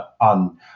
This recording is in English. on